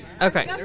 Okay